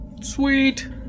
Sweet